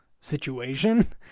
situation